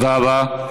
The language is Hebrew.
תודה רבה.